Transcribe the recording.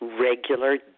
Regular